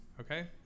Okay